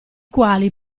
quali